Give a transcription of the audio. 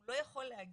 הוא לא יכול להגיד,